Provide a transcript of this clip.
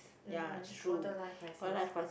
mmhmm quarter life crisis